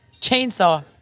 chainsaw